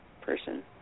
person